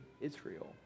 Israel